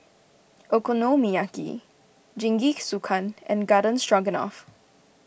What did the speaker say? Okonomiyaki Jingisukan and Garden Stroganoff